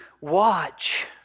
watch